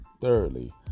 Thirdly